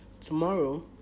tomorrow